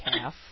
half